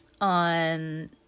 on